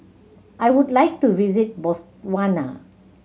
I would like to visit Botswana